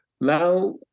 Now